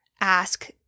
ask